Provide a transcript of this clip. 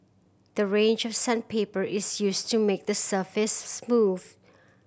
the range of sandpaper is used to make the surface smooth